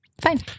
Fine